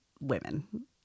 women